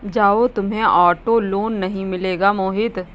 जाओ, तुम्हें auto loan नहीं मिलेगा मोहित